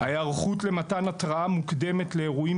ההיערכות למתן התרעה מוקדמת לאירועים